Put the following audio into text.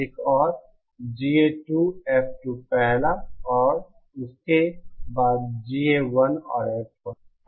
एक और GA2 F2 पहला और उसके बाद GA1 और F1 है